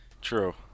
True